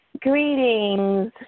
Greetings